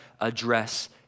address